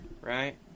right